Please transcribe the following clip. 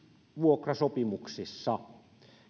vuokrasopimuksissa